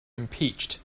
impeached